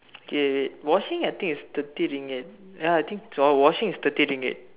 wait wait washing I think it's thirty Ringgit ya I think for washing is thirty Ringgit